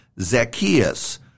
Zacchaeus